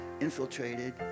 infiltrated